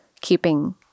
keeping